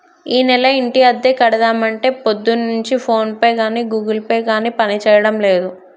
ఈనెల ఇంటి అద్దె కడదామంటే పొద్దున్నుంచి ఫోన్ పే గాని గూగుల్ పే గాని పనిచేయడం లేదు